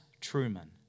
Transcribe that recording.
Truman